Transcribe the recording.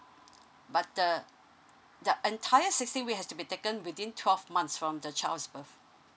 but the the entire sixteen weeks have to be taken within twelve months from the child's birth